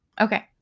Okay